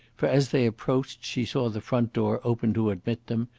for as they approached she saw the front door open to admit them,